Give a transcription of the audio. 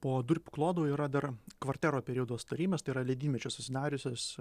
po durpių klodu yra dar kvartero periodo storymės tai yra ledynmečio susidariusios